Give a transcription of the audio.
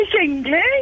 English